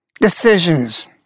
decisions